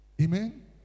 Amen